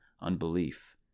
unbelief